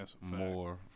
more